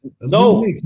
No